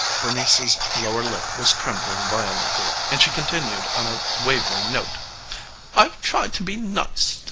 bernice's lower lip was trembling violently and she continued on a wavering note i've tried to be nice,